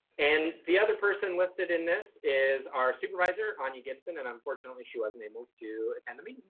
and the other person listed in this is our supervisor on you. gibson and unfortunately she wasn't able to attend to me.